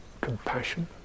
compassion